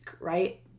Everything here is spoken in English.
right